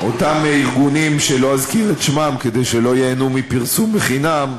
אותם ארגונים שלא אזכיר את שמם כדי שלא ייהנו מפרסום בחינם,